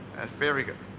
that's very good.